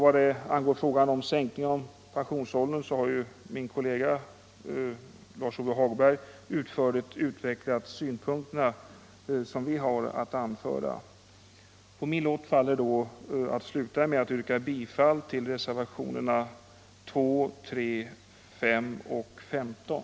Vad angår frågan om sänkning av pensionsåldern har min kollega, Lars Ove Hagberg, utförligt utvecklat de synpunkter vi har att anföra. På min lott faller att yrka bifall till reservationerna 2, 3, 5 och 15.